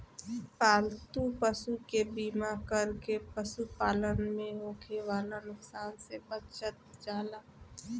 पालतू पशु के बीमा कर के पशुपालन में होखे वाला नुकसान से बचल जाला